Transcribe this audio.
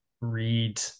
read